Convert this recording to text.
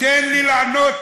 תן לי לענות.